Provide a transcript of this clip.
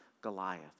Goliath